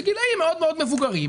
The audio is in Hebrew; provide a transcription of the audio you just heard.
בגילים מאוד מאוד מבוגרים.